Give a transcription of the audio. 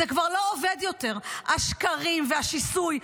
זה כבר לא עובד יותר, השקרים והשיסוי.